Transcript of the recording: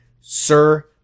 sir